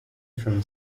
from